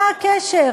מה הקשר?